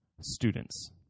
students